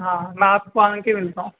ہاں میں آپ کو آن کے ملتا ہوں